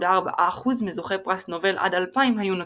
כ-65.4% מזוכי פרס נובל עד 2000 היו נוצרים.